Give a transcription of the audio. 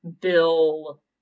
Bill